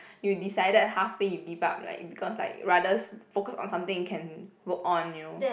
you decided half way you give up right because like rather focus on something you can work on you know